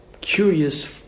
curious